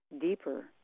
deeper